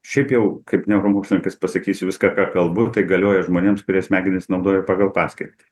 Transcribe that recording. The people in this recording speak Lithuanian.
šiaip jau kaip neuromokslininkas pasakysiu viską ką kalbu tai galioja žmonėms kurie smegenis naudoja pagal paskirtį